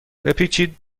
بپیچید